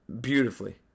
beautifully